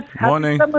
morning